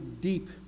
deep